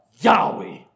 Yahweh